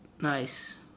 Nice